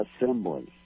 assemblies